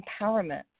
empowerment